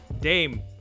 Dame